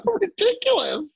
ridiculous